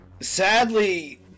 sadly